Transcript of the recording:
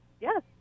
yes